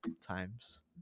times